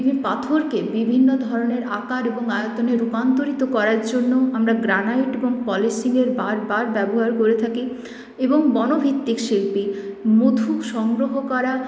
পাথরকে বিভিন্ন ধরনের আকার এবং আয়তনে রূপান্তরিত করার জন্য আমরা গ্রানাইট এবং পলিসিংয়ের বারবার ব্যবহার করে থাকি এবং বনভিত্তিক শিল্পী মধু সংগ্রহ করা